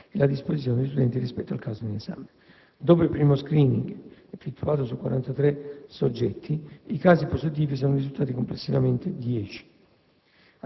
e la disposizione degli studenti rispetto al caso in esame. Dopo il primo *screening*, effettuato su 43 soggetti, i casi positivi sono risultati complessivamente 10.